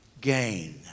gain